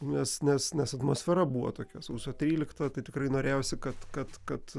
nes nes nes atmosfera buvo tokia sausio trylikta tai tikrai norėjosi kad kad kad